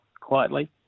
quietly